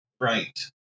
right